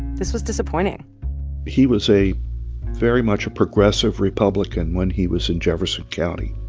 this was disappointing he was a very much a progressive republican when he was in jefferson county.